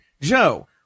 Joe